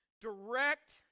Direct